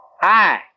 Hi